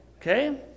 Okay